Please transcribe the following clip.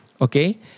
okay